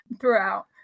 throughout